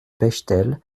bechtel